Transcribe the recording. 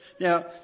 Now